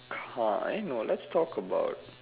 car eh no let's talk about